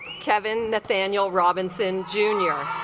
kevin nathaniel robinson jr